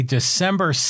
December